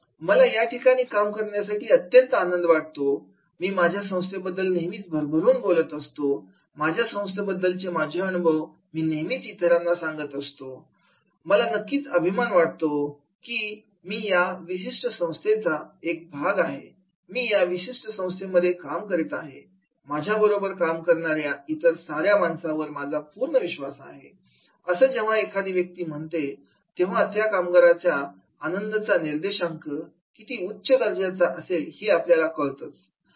मला याठिकाणी काम करण्यात अत्यंत आनंद वाटतो मी माझ्या संस्थेबद्दल नेहमीच भरभरून बोलत असतो माझ्या संस्थेबद्दलचे माझे अनुभव मी नेहमीच इतरांना सांगत असतो मला नक्कीच अभिमान वाटतो किमी या विशिष्ट संस्थेचा एक भाग आहे मी या विशिष्ट संस्थेमध्ये काम करत आहे माझ्या बरोबर काम करणाऱ्या इतर साऱ्या माणसांवर माझा पूर्ण विश्वास आहे' असं जेव्हा एखादी व्यक्ती म्हणते तेव्हा त्या कामगाराचा आनंदाचा निर्देशांक किती उच्च दर्जाचा आहे हे आपल्याला कळतं